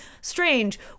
strange